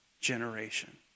generation